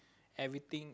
everything